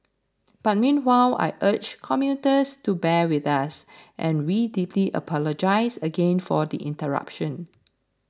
but meanwhile I urge commuters to bear with us and we deeply apologise again for the interruption